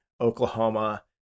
Oklahoma